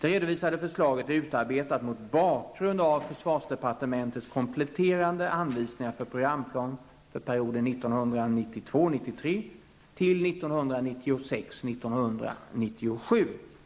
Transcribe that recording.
Det redovisade förslaget är utarbetat mot bakgrund av försvarsdepartementets kompletterande anvisningar för programplan för perioden 1992 97